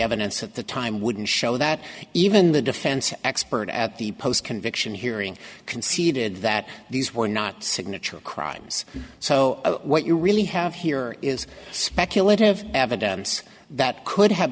evidence of the time wouldn't show that even the defense expert at the post conviction hearing conceded that these were not signature crimes so what you really have here is speculative evidence that could have